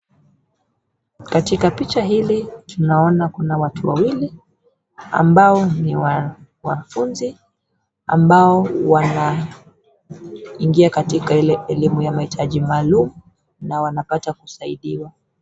Katika picha hili tunaona kuna watu wawili, ambao ni wanafunzi ambao wanaingia katika elimu ya mahitaji maalum, na wanapata kusaidiwa.